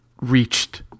reached